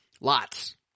lots